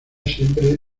siempre